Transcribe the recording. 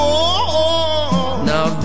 Now